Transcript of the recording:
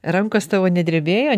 rankos tavo nedrebėjo